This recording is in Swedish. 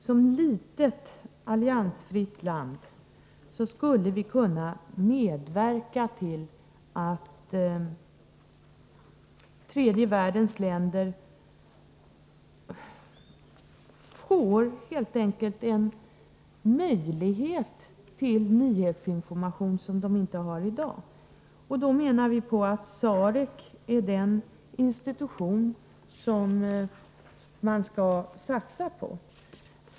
Som litet, alliansfritt land skulle vi kunna medverka till att tredje världens länder helt enkelt får en möjlighet till nyhetsinformation som de inte har i dag. Vi menar att SAREC är den institution som man skall satsa på.